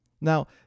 Now